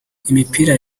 imipira